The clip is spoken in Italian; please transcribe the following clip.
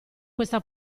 questa